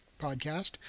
podcast